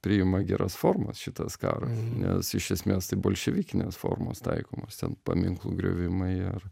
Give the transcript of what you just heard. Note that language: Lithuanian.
priima geras formas šitas karas nes iš esmės tai bolševikinės formos taikomos ten paminklų griovimai ar